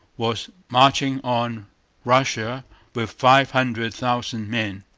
was marching on russia with five hundred thousand men.